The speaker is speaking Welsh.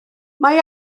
mae